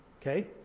Okay